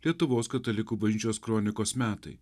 lietuvos katalikų bažnyčios kronikos metai